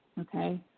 okay